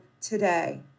today